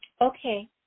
Okay